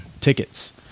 tickets